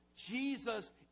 Jesus